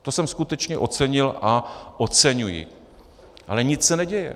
To jsem skutečně ocenil a oceňuji ale nic se neděje.